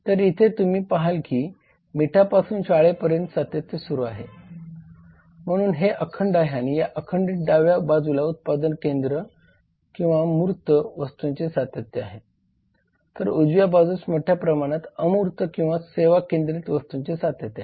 तर इथे तुम्ही पहाल की मिठापासून शाळेपर्यंत सातत्य सुरू आहे म्हणूनच हे अखंड आहे आणि या अखंडीत डाव्या बाजूला उत्पादन केंद्रित किंवा मूर्त वस्तूंचे सातत्य आहेत तर उजव्या बाजूस मोठया प्रमाणात अमूर्त किंवा सेवा केंद्रित वस्तूंचे सातत्य आहे